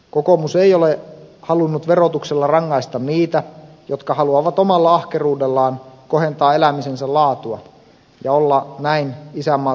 kokoomus ei ole halunnut verotuksella rangaista niitä jotka haluavat omalla ahkeruudellaan kohentaa elämisensä laatua ja olla näin isänmaata rakentamassa